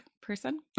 person